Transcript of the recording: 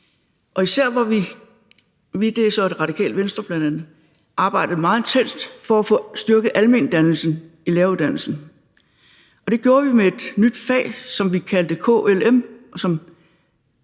især har vi – og »vi« er så bl.a. Radikale Venstre – arbejdet meget intenst for at få styrket almendannelsen i læreruddannelsen. Det gjorde vi med et nyt fag, som vi kaldte KLM,